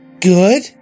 good